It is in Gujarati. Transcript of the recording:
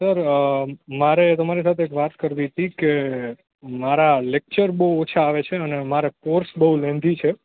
સર મારે તમારી સાથે એક વાત કરવી હતી કે મારા લેક્ચર બહુ ઓછા આવે છે અને મારે કોર્સ બહુ લેન્ધી છે